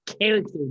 character